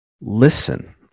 listen